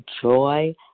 joy